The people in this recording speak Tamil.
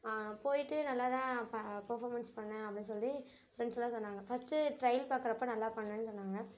போய்ட்டு நல்லா தான் ப பேர்ஃபார்மென்ஸ் பண்ணேன் அப்படின்னு சொல்லி ஃப்ரெண்ட்ஸ் எல்லாம் சொன்னாங்கள் ஃபஸ்ட்டு ட்ரையல் பார்க்கறப்ப நல்லா பண்ணேன்னு சொன்னாங்கள்